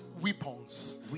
weapons